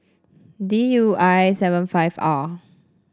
D U I seven five R